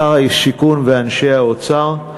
שר השיכון ואנשי האוצר.